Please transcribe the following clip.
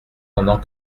pendant